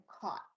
caught